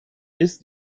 ist